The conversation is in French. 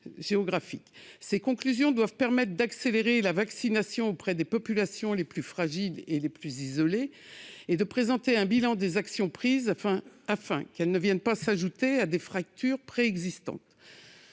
Ses conclusions doivent permettre d'accélérer la vaccination auprès des populations les plus fragiles et les plus isolées et de présenter un bilan des actions prises, afin qu'elles ne viennent pas s'ajouter à des fractures préexistantes.